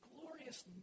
glorious